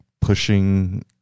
pushing